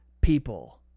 people